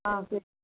ஆ சேரி